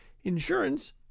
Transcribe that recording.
insurance